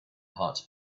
heart